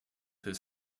his